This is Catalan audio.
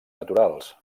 naturals